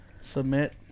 Submit